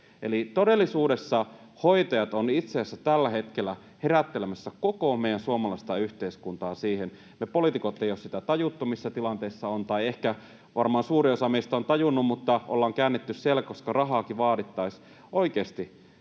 Eli todellisuudessa hoitajat ovat itse asiassa tällä hetkellä herättelemässä koko meidän suomalaista yhteiskuntaa siihen. Me poliitikot ei olla tajuttu sitä, missä tilanteessa ollaan, tai ehkä varmaan suurin osa meistä on tajunnut, mutta ollaan käännetty selkä, koska rahaakin vaadittaisiin. Oikeasti: